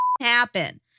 happen